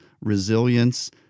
resilience